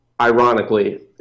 ironically